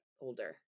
older